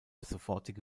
sofortige